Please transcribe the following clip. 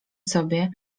sobie